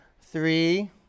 Three